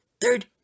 Third